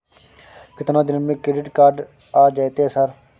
केतना दिन में क्रेडिट कार्ड आ जेतै सर?